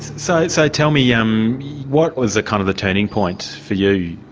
so so tell me, yeah um what was the kind of turning point for yeah you?